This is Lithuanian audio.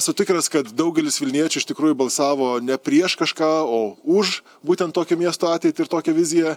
esu tikras kad daugelis vilniečių iš tikrųjų balsavo ne prieš kažką o už būtent tokią miesto ateitį ir tokią viziją